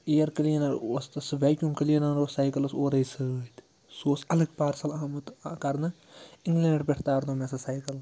air cleaner اوس تہٕ سُہ ویکیوٗم کلیٖنَر اوس سایکَلَس اورَے سۭتۍ سُہ اوس الگ پارسَل آمُت کَرنہٕ اِنگلینٛڈ پٮ۪ٹھ تارنوو مےٚ سُہ سایکَٕل